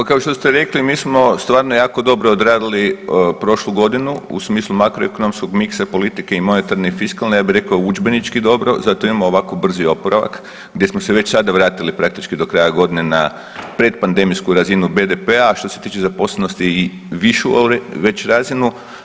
Pa kao što ste rekli mi smo stvarno jako dobro odradili prošlu godinu u smislu makroekonomskog miksa politike i monetarne i fiskalne, ja bi rekao udžbenički dobro zato imamo ovako brzi oporavak gdje smo se već sada vratili praktički do kraja godine na predpandemijsku razinu BDP-a, a što se tiče zaposlenosti i višu već razinu.